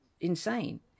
insane